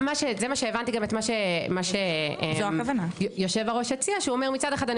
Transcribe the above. זה מה שהבנתי גם את מה שיושב הראש הציע כשהוא אמר שמצד אחד אני